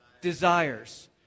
desires